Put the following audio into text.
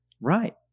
Right